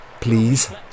Please